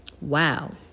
Wow